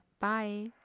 Bye